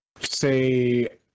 say